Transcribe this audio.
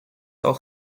auch